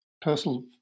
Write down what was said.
personal